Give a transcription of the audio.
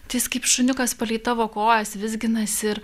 tai jis kaip šuniukas palei tavo kojas vizginasi ir